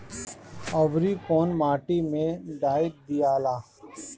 औवरी कौन माटी मे डाई दियाला?